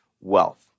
wealth